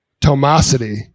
Tomosity